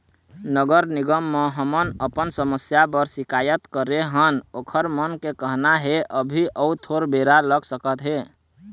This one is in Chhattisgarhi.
नगर निगम म हमन अपन समस्या बर सिकायत करे हन ओखर मन के कहना हे अभी अउ थोर बेरा लग सकत हे